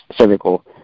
cervical